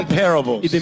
parables